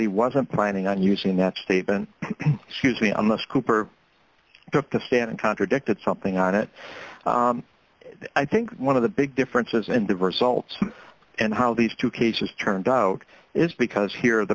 he wasn't planning on using that statement hugely on the scooper took the stand and contradicted something not it i think one of the big differences in diverse salts and how these two cases turned out it's because here the